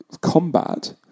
combat